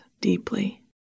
deeply